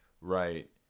right